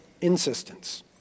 insistence